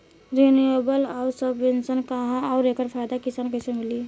Renewable आउर subvention का ह आउर एकर फायदा किसान के कइसे मिली?